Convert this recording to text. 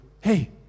Hey